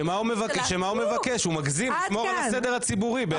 שמה הוא מבקש, הוא מגזים לשמור על הסדר הציבורי.